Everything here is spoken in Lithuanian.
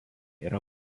yra